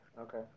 okay